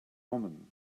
woman